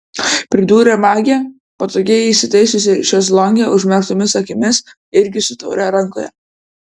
pridūrė magė patogiai įsitaisiusi šezlonge užmerktomis akimis irgi su taure rankoje